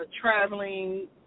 traveling